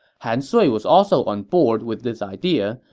han sui was also on board with this idea,